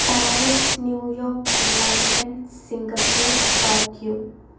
Paris New York London Singapore Tokyo